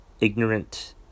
ignorant